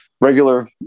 regular